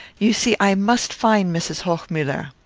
you see i must find mrs. hochmuller.